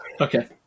Okay